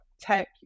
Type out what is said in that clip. tech